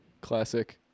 Classic